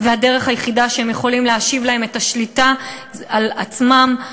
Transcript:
והדרך היחידה שהם יכולים להשיב להם את השליטה על עצמם,